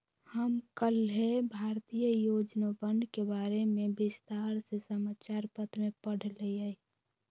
हम कल्लेह भारतीय योजनवन के बारे में विस्तार से समाचार पत्र में पढ़ लय